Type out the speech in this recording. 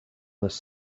this